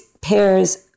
pairs